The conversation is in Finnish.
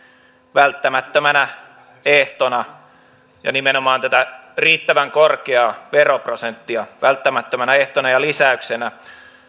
välttämättömänä ehtona ja nimenomaan tätä riittävän korkeaa veroprosenttia välttämättömänä ehtona ja lisäyksenä